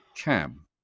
Cam